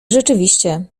rzeczywiście